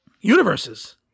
universes